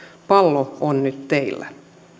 pallo on nyt teillä